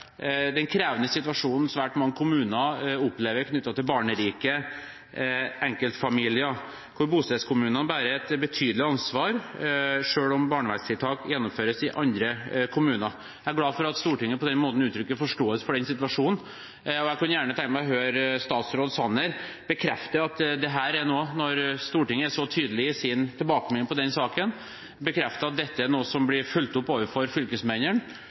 den krevende situasjonen svært mange kommuner opplever knyttet til barnevernstiltak i barnerike enkeltfamilier, hvor bostedskommunen bærer et betydelig ansvar selv om tiltakene gjennomføres i andre kommuner. Jeg er glad for at Stortinget på den måten uttrykker forståelse for den situasjonen. Jeg kunne gjerne ha tenkt meg å høre statsråd Sanner, når Stortinget er så tydelig i sin tilbakemelding om denne saken, bekrefte at dette er noe som blir fulgt opp overfor fylkesmennene.